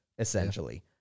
Essentially